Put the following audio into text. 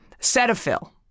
Cetaphil